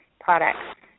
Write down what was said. products